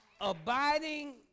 abiding